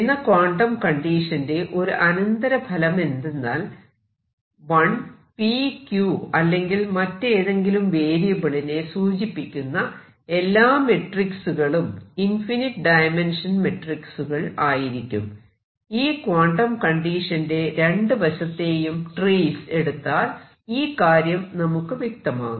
എന്ന ക്വാണ്ടം കണ്ടീഷന്റെ ഒരു അന്തരഫലമെന്തെന്നാൽ p q അല്ലെങ്കിൽ മറ്റേതെങ്കിലും വേരിയബിൾ നെ സൂചിപ്പിക്കുന്ന എല്ലാ മെട്രിക്സുകളും ഇൻഫിനിറ്റ് ഡയമെൻഷൻ മെട്രിക്സുകൾ ആയിരിക്കും ഈ ക്വാണ്ടം കണ്ടീഷന്റെ രണ്ടു വശത്തേയും 'ട്രേസ്' എടുത്താൽ ഈ കാര്യം നമുക്ക് വ്യക്തമാകും